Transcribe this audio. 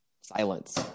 silence